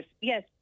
yes